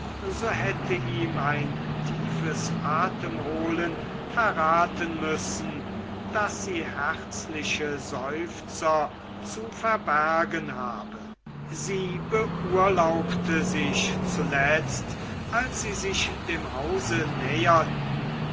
so hätte ihm ein tiefes atemholen verraten müssen daß sie herzliche seufzer zu verbergen habe sie beurlaubte sich zuletzt als sie sich dem hause näherten